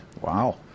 Wow